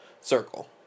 circle